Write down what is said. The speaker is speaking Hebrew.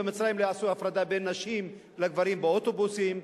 במצרים לא יעשו הפרדה בין נשים לגברים באוטובוסים,